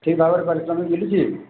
ଠିକ୍ ଭାବରେ ପାରିଶ୍ରମିକ ମିଳୁଛି